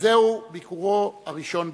וזהו ביקורו הראשון בישראל.